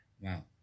Wow